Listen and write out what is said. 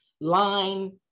line